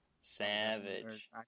Savage